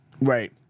right